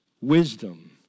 wisdom